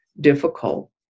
difficult